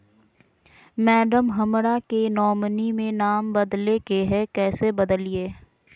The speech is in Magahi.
मैडम, हमरा के नॉमिनी में नाम बदले के हैं, कैसे बदलिए